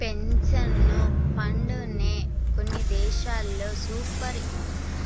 pension fund నే కొన్ని దేశాల్లో సూపర్